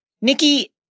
Nikki